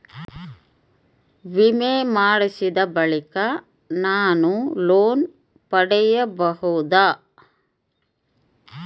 ವಿಮೆ ಮಾಡಿಸಿದ ಬಳಿಕ ನಾನು ಲೋನ್ ಪಡೆಯಬಹುದಾ?